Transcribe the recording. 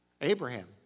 Abraham